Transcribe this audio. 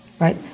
right